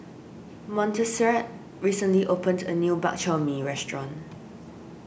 Montserrat recently opened a new Bak Chor Mee restaurant